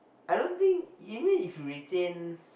I don't think even if you retain